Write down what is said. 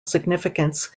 significance